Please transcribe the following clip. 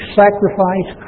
sacrifice